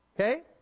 Okay